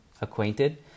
acquainted